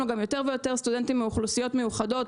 גם יותר ויותר סטודנטים מאוכלוסיות מיוחדות.